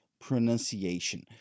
pronunciation